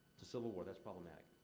it's a civil war that's problematic.